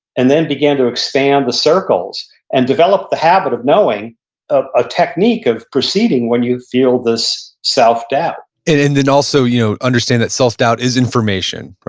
and then begin to expand the circles and develop the habit of knowing a technique of proceeding when you feel this self-doubt and then also you know understand that self-doubt is information,